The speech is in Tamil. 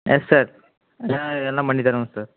எஸ் சார் நான் எல்லாம் பண்ணித் தருவோம் சார்